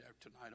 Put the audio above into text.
tonight